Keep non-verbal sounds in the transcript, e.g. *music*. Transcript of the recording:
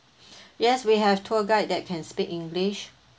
*breath* yes we have tour guide that can speak english